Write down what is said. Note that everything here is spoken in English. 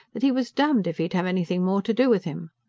that he was damned if he'd have anything more to do with him.